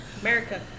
America